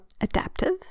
adaptive